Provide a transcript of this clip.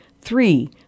three